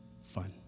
fun